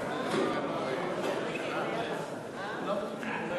סיעות יהדות התורה, מרצ להביע